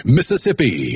Mississippi